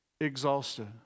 exhausted